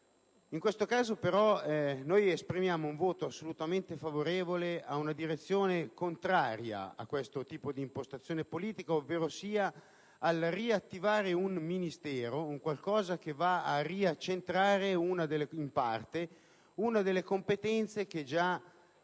In questo caso, però, esprimiamo un voto assolutamente favorevole ad una direzione contraria a questo tipo di impostazione politica, ovverosia al riattivare un Ministero, un qualcosa che va a riaccentrare una competenza già